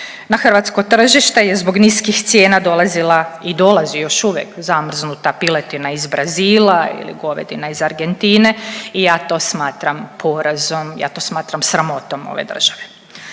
Na hrvatsko tržište je zbog niskih cijena dolazila i dolazi još uvijek zamrznuta piletina iz Brazila ili govedina iz Argentine i ja to smatram porazom, ja to smatram sramotom ove države.